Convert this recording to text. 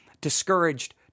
discouraged